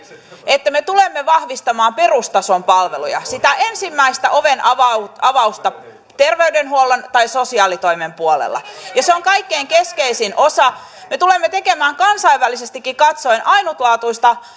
että me tulemme vahvistamaan perustason palveluja sitä ensimmäistä ovenavausta terveydenhuollon tai sosiaalitoimen puolella ja se on kaikkein keskeisin osa me tulemme tekemään kansainvälisestikin katsoen ainutlaatuista